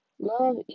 love